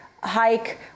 hike